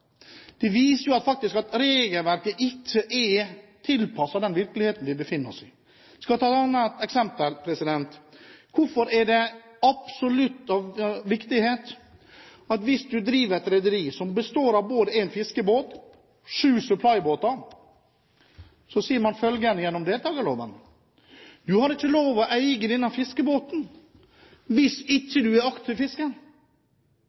Det viser jo faktisk at regelverket ikke er tilpasset den virkeligheten vi befinner oss i. Jeg skal ta et annet eksempel. Hvorfor er det av absolutt viktighet at hvis du driver et rederi som består både av en fiskebåt og sju supplybåter, sier man følgende gjennom deltakerloven: Du har ikke lov til å eie denne fiskebåten hvis